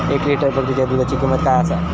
एक लिटर बकरीच्या दुधाची किंमत काय आसा?